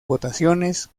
votaciones